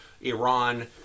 Iran